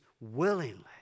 willingly